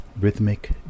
rhythmic